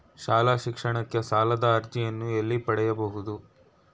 ಶಾಲಾ ಶಿಕ್ಷಣಕ್ಕೆ ಸಾಲದ ಅರ್ಜಿಯನ್ನು ಎಲ್ಲಿ ಪಡೆಯಬಹುದು?